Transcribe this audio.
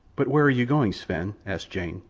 but where are you going, sven? asked jane.